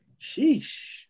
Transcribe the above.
sheesh